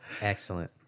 Excellent